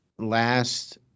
Last